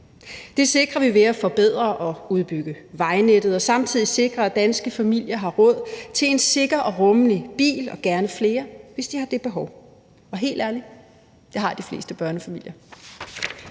Det sikrer vi ved at forbedre og udbygge vejnettet og samtidig sikre, at danske familier har råd til en sikker og rummelig bil og gerne flere, hvis de har det behov – og helt ærligt, det har de fleste børnefamilier.